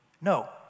No